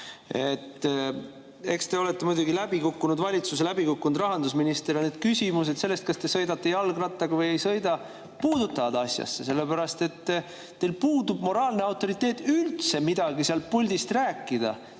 Eks te olete muidugi läbikukkunud valitsuse läbikukkunud rahandusminister. Küsimus sellest, kas te sõidate jalgrattaga või ei sõida, puutub asjasse, sellepärast et teil puudub moraalne autoriteet üldse midagi sealt puldist rääkida.